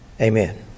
Amen